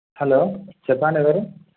hello చెప్పండెవరు